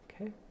Okay